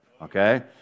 okay